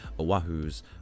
Oahu's